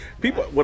People